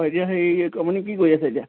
হয় এতিয়া হেৰি আপুনি কি কৰি আছে এতিয়া